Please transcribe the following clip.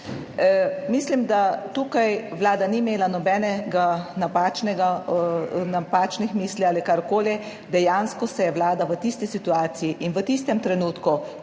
Mislim, da tukaj Vlada ni imela napačnih misli ali karkoli, dejansko se je Vlada v tisti situaciji in v tistem trenutku,